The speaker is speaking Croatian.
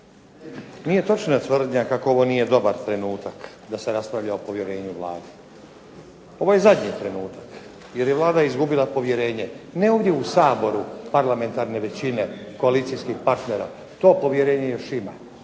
Nije točna tvrdnja kako ovo nije dobar trenutak da se raspravlja o povjerenju Vladi. Ovo je zadnji trenutak jer je Vlada izgubila povjerenje, ne ovdje u Saboru parlamentarne većine koalicijskih partnera, to povjerenje još ima,